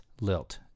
lilt